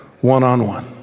one-on-one